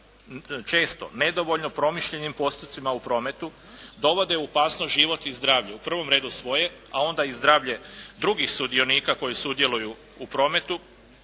često nedovoljno promišljenim postupcima u prometu dovode u opasnost život i zdravlje, u prvom redu svoje a onda i zdravlje drugih sudionika koji sudjeluju u prometu,